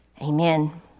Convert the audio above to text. Amen